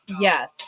Yes